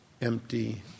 empty